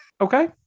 Okay